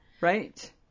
Right